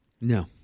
No